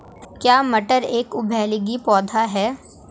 क्या मटर एक उभयलिंगी पौधा है?